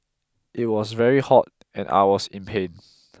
it was very hot and I was in pain